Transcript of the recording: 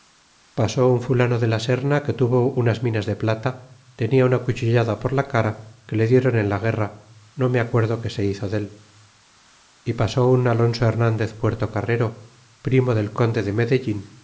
pasó un fulano de la serna que tuvo unas minas de plata tenia una cuchillada por la cara que le dieron en la guerra no me acuerdo que se hizo y pasó un alonso hernandez puertocarrero primo del conde de medellin